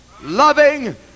loving